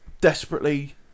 desperately